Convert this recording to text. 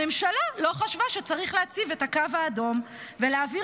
הממשלה לא חשבה שצריך להציב את הקו האדום ולהעביר